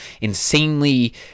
insanely